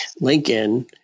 Lincoln